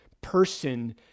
person